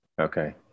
Okay